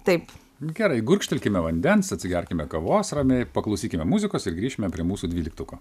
taip gerai gurkštelkime vandens atsigerkime kavos ramiai paklausykime muzikos ir grįšime prie mūsų dvyliktuko